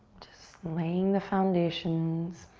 just laying the foundations